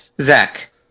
Zach